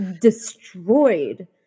destroyed